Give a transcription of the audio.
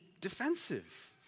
defensive